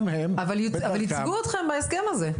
אבל ייצגו אתכם בהסכם הזה.